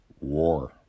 war